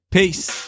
Peace